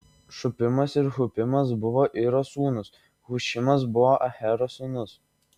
šupimas ir hupimas buvo iro sūnūs hušimas buvo ahero sūnus